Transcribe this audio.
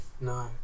No